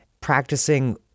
practicing